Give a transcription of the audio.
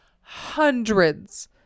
hundreds